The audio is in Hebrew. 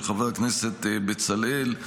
של חבר הכנסת בצלאל,